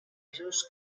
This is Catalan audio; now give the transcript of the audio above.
altres